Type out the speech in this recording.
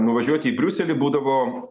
nuvažiuoti į briuselį būdavo